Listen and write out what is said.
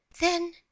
Then